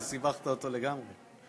אז סיבכת אותו לגמרי.